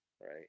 right